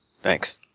Thanks